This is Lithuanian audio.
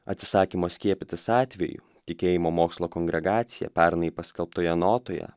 atsisakymo skiepytis atvejų tikėjimo mokslo kongregacija pernai paskelbtoje notoje